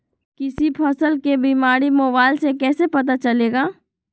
किसी फसल के बीमारी मोबाइल से कैसे पता चलेगा?